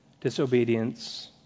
Disobedience